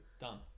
Done